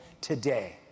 today